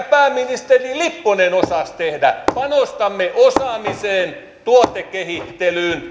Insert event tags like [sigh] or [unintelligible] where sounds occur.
[unintelligible] pääministeri lipponen osasi tehdä panostamme osaamiseen tuotekehittelyyn